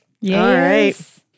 Yes